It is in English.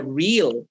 real